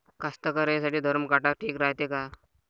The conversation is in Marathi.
कास्तकाराइसाठी धरम काटा ठीक रायते का?